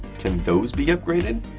can those be upgraded?